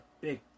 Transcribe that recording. big